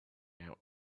out